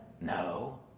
no